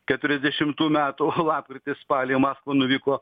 keturiasdešimtų metų lapkritį spalį į maskvą nuvyko